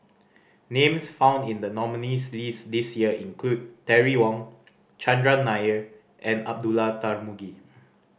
names found in the nominees' list this year include Terry Wong Chandran Nair and Abdullah Tarmugi